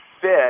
fit